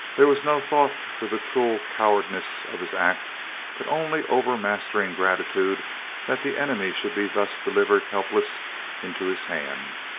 there was no thought for the cruel cowardice of his act but only overmastering gratitude that the enemy should be thus delivered helpless into his hand.